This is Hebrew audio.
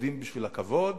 עובדים בשביל הכבוד,